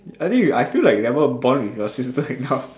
I think you I feel like you never bond with your sister enough